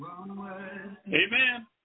Amen